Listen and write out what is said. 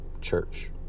church